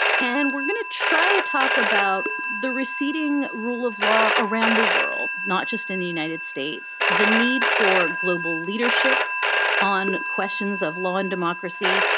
and we're going to try to talk about the receding rule of law around the world, not just in the united states, the need for global leadership on questions of law and democracy,